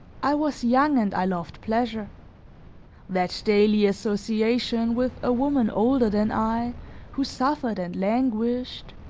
i was young and i loved pleasure that daily association with a woman older than i who suffered and languished,